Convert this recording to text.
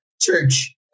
church